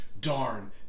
darn